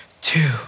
two